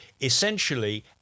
essentially